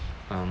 um